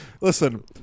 Listen